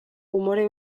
umore